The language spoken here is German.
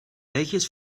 welches